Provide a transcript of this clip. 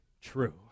true